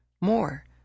More